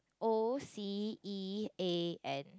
O C E A N